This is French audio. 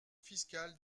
fiscale